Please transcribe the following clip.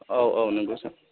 औ औ नंगौ सार